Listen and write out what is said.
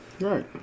Right